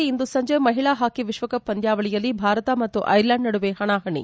ಲಂಡನ್ನಲ್ಲಿ ಇಂದು ಸಂಜೆ ಮಹಿಳಾ ಹಾಕಿ ವಿಶ್ವಕಪ್ ಪಂದ್ಲಾವಳಿಯಲ್ಲಿ ಭಾರತ ಮತ್ತು ಐರ್ಲ್ಲಾಂಡ್ ನಡುವೆ ಹಣಾಹಣೆ